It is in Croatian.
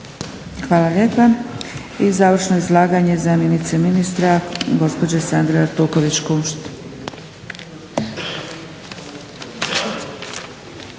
Hvala lijepa. I završno izlaganje zamjenice ministra gospođe Sandre Artuković-Kunšt.